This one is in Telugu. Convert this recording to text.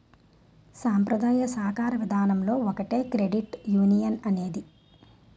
సాంప్రదాయ సాకార విధానంలో ఒకటే క్రెడిట్ యునియన్ అనేది